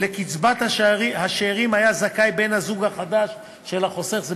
ולקצבת השאירים היה זכאי בן-זוגו החדש של החוסך זה